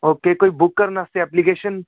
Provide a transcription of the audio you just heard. okay ਕੋਈ book ਕਰਨ ਵਾਸਤੇ ਐਪਲੀਕੇਸ਼ਨ